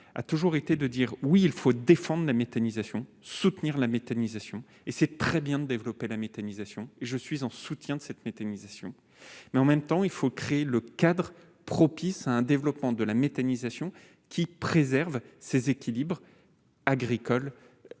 a toujours été de dire oui, il faut défendre la méthanisation soutenir la méthanisation et c'est très bien de développer la méthanisation, je suis en soutien de cette méthanisation, mais en même temps, il faut créer le cadre propice à un développement de la méthanisation qui préserve ses équilibres agricole, pour ne